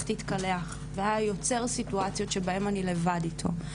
תתקלח והיה יותר סיטואציות שבהן אני לבד איתו,